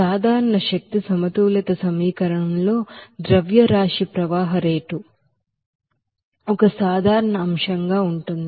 general energy balance ఈక్వేషన్లో mass flow rate ఒక సాధారణ అంశంగా ఉంటుంది